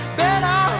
better